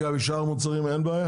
ובשאר המוצרים לא היה?